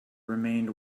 remained